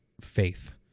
faith